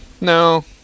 No